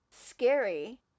scary